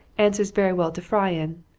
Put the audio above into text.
answers very well to fry in.